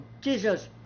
Jesus